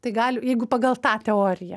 tai gali jeigu pagal tą teoriją